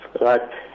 right